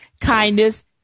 kindness